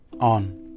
on